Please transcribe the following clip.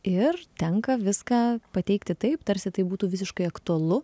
ir tenka viską pateikti taip tarsi tai būtų visiškai aktualu